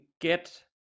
get